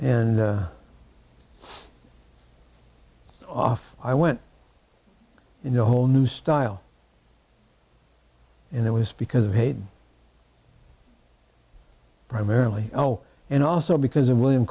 and off i went in a whole new style and it was because of a primarily oh and also because of william